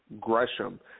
Gresham